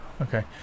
Okay